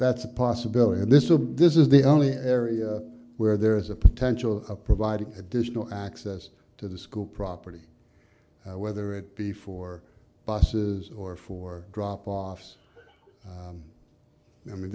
that's a possibility and this is this is the only area where there is a potential providing additional access to the school property whether it be for buses or for drop offs i mean